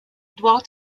dwell